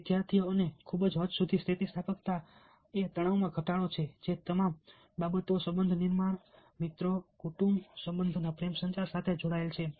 વિદ્યાર્થીઓ અને ખૂબ જ હદ સુધી સ્થિતિસ્થાપકતા એ તણાવમાં ઘટાડો છે તે તમામ બાબતો સંબંધ નિર્માણ મિત્રો કુટુંબ સંબંધોના પ્રેમ સંચાર સાથે જોડાયેલી છે